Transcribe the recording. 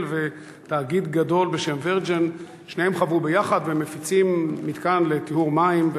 ותאגיד גדול בשם "וירג'ין" שניהם חברו יחד והם מפיצים מתקן לטיהור מים,